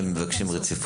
אתם מבקשים על זה רציפות?